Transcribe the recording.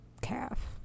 calf